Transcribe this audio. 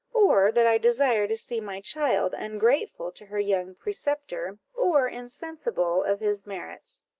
or that i desire to see my child ungrateful to her young preceptor, or insensible of his merits?